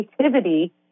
creativity